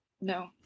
no